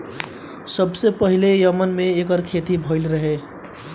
सबसे पहिले यमन में एकर खेती भइल रहे